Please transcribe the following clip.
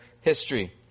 history